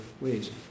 ways